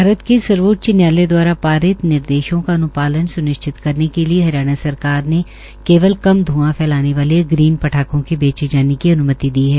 भारत के सर्वोच्च न्यायालय द्वारा पारित निदेशों का अन्पालन स्निश्चित करने के लिए हरियाणा सरकार ने केवल कम ध्ंआ फैलाने वाले ग्रीन पटाखों के बेचे जाने की अन्मति दी है